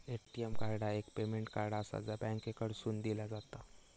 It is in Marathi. ए.टी.एम कार्ड एक पेमेंट कार्ड आसा, जा बँकेकडसून दिला जाता